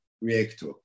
reactor